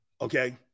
Okay